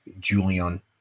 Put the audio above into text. julian